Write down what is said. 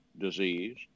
disease